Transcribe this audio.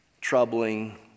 troubling